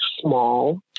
small